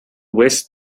west